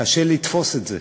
קשה לתפוס את זה.